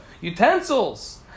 utensils